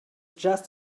just